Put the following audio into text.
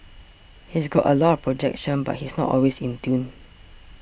he's got a lot of projection but he's not always in tune